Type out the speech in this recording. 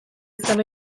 izan